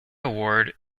award